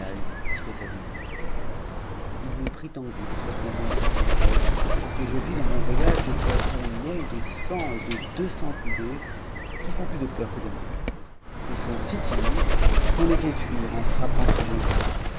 qui a donné lieu à l'opinion qu'ont les matelots que degial y tfahsademeure i mepritenvied'êtretémoindecettemervei e etjevisdans mon voyage des poissons longs de cent et de deux cents coudées qui font plus de peur que de mal ils sont si timides qu'on les fait fuir en frappant t s des ais